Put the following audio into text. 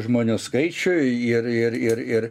žmonių skaičiui ir ir ir ir